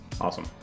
Awesome